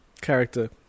character